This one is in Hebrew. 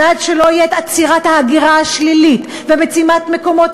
ועד שלא תהיה עצירת ההגירה השלילית ומציאת מקומות